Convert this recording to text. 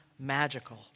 magical